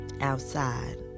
outside